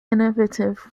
innovate